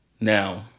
now